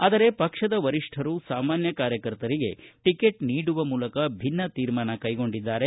ಆದರೆ ಪಕ್ಷದ ವರಿಷ್ಠರು ಸಾಮಾನ್ಣ ಕಾರ್ಯಕರ್ತರಿಗೆ ಟಕೆಟ್ ನೀಡುವ ಮೂಲಕ ಭಿನ್ನ ತೀರ್ಮಾನ ಕೈಗೊಂಡಿದ್ದಾರೆ